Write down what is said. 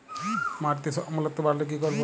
মাটিতে অম্লত্ব বাড়লে কি করব?